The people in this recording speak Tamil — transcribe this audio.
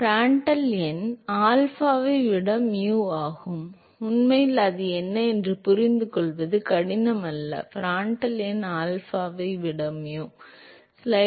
ஆம் பிராண்டல் எண் ஆல்பாவை விட mu ஆகும் உண்மையில் அது ஏன் என்று புரிந்துகொள்வது கடினம் அல்ல பிராண்ட்டிர்ல் எண் ஆல்பாவை விட mu